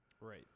Right